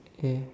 okay